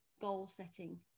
goal-setting